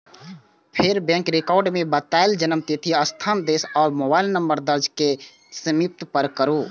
फेर bank record मे बतायल जन्मतिथि, स्थान, देश आ मोबाइल नंबर दर्ज कैर के सबमिट करू